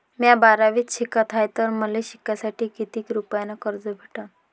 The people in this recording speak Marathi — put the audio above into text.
म्या बारावीत शिकत हाय तर मले शिकासाठी किती रुपयान कर्ज भेटन?